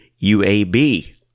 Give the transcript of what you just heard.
UAB